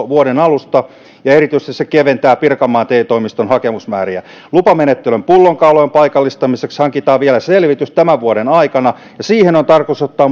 vuoden alusta ja se keventää erityisesti pirkanmaan te toimiston hakemusmääriä lupamenettelyn pullonkaulojen paikallistamiseksi hankitaan vielä selvitys tämän vuoden aikana ja siihen on tarkoitus ottaa